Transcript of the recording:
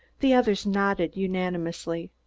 the others nodded unanimously.